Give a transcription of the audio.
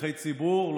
שליחי ציבור,